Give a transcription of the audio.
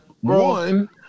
one